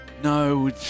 No